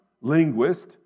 linguist